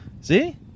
See